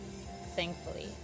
thankfully